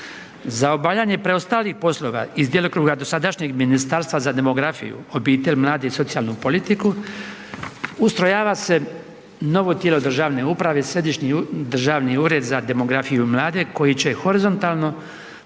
Za obavljanje preostalih poslova iz djelokruga dosadašnjeg Ministarstva za demografiju, obitelj, mlade i socijalnu politiku, ustrojava se novo tijelo državne uprave, Središnji državni ured za demografiju i mlade koji će horizontalno